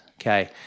okay